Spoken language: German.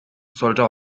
sollte